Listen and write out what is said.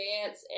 advance